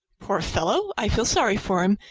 poor fellow! i feel sorry for him.